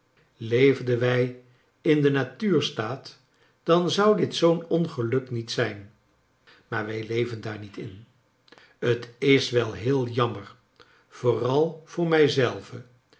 leefden wij in den natuurstaat dan zou dit zoo'n ongeluk niet zijn maar wij leven daar niet in t is wel heel jammer vooral voor mij